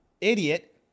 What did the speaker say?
Idiot